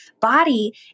body